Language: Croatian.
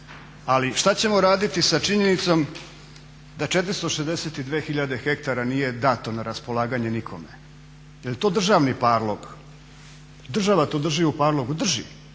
Ali šta ćemo raditi sa činjenicom da 462 tisuće hektara nije dato na raspolaganje nikome? Jel to državni parlog? Država to drži u parlogu, drži.